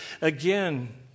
again